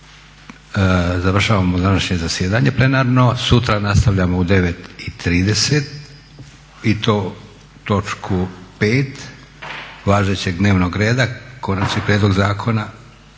Završavamo današnje zasjedanje plenarno. Sutra nastavljamo u 9,30 i to točku pet važećeg dnevnog reda Konačni prijedlog zakona,